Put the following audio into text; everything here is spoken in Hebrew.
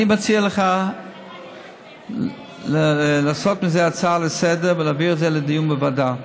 אני מציע לך לעשות מזה הצעה לסדר-היום ולהעביר את זה לדיון בוועדה.